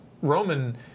roman